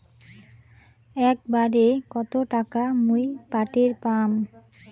একবারে কত টাকা মুই পাঠের পাম?